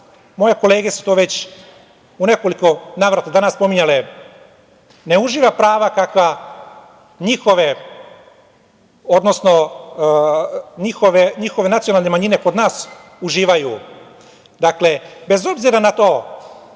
moje kolege su to već u nekoliko navrata danas spominjale, ne uživa prava kakva njihove nacionalne manjine kod uživaju, dakle, bez obzira na to,